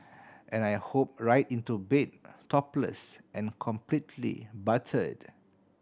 and I hope right into bed topless and completely buttered